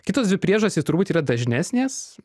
kitos dvi priežastys turbūt yra dažnesnės